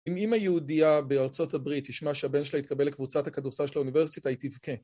אם אימא יהודיה בארצות הברית תשמע שהבן שלה יתקבל לקבוצת הכדורסל של האוניברסיטה היא תבכה